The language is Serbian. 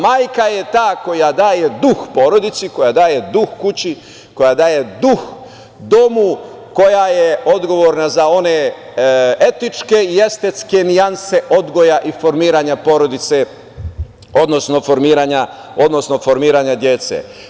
Majka je ta koja daje duh porodici, koja daje duh kući, koja daje duh domu, koja je odgovorna za one etičke i estetske nijanse odgoja i formiranja porodice, odnosno formiranje dece.